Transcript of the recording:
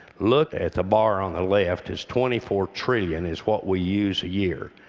look at the bar on the left. it's twenty four trillion. it's what we use a year.